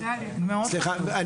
סליחה,